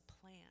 plan